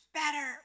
better